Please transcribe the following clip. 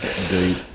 Indeed